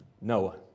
Noah